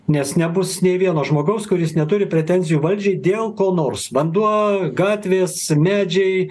nes nebus nei vieno žmogaus kuris neturi pretenzijų valdžiai dėl ko nors vanduo gatvės medžiai